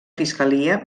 fiscalia